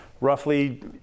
Roughly